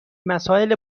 مسائل